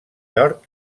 york